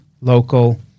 local